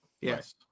Yes